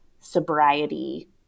sobriety